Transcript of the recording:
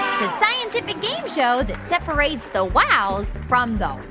ah scientific game show that separates the wows from the